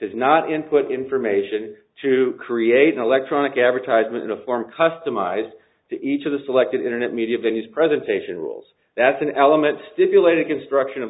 does not input information to create an electronic advertisement in a form customized to each of the selected internet media venues presentation rules that's an element stipulated construction of the